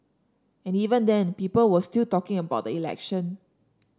and even then people were still talking about the election